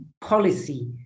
policy